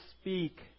speak